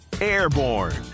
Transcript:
airborne